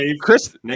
Chris